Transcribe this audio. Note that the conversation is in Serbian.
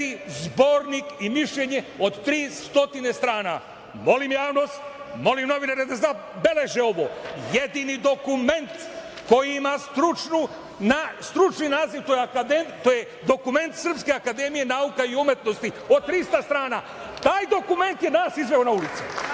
zbornik i mišljenje od 300 strana. Molim javnost, molim novinare da zabeleže ovo. Jedini dokument koji ima stručni naziv, to je dokument SANU od 300 strana. Taj dokument je nas izveo na ulice,